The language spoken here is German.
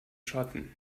schatten